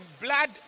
blood